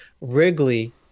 Wrigley